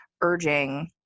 urging